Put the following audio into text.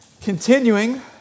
continuing